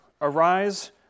arise